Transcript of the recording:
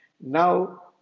Now